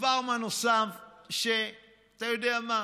ודבר מה נוסף, שאתה יודע מה?